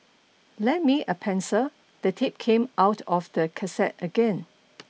lend me a pencil the tape came out of the cassette again